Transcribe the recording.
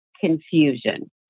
confusion